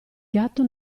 gatto